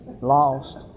lost